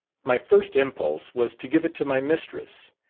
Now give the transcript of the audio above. my first impulse was to give it to my mistress,